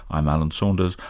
i'm alan saunders,